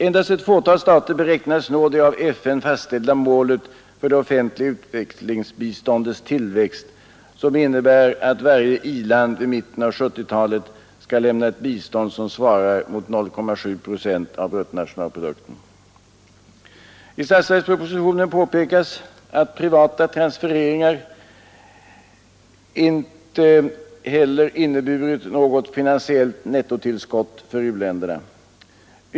Endast ett fåtal stater beräknas nå det av FN fastställda målet för det offentliga utvecklingsbiståndets tillväxt, som innebär att varje i-land vid mitten av 1970-talet skall lämna ett bistånd som svarar mot 0,7 procent av bruttonationalprodukten. I statsverkspropositionen påpekas att inte heller privata transfereringar inneburit något finansiellt nettotillskott för u-länderna.